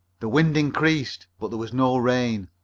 the wind increased, but there was no rain.